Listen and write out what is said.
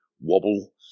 wobble